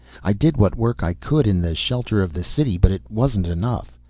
i did what work i could in the shelter of the city, but it wasn't enough.